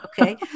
Okay